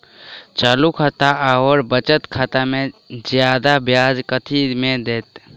चालू खाता आओर बचत खातामे जियादा ब्याज कथी मे दैत?